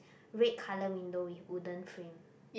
red colour window with wooden frame